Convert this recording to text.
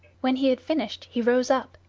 when he had finished he rose up,